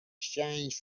exchange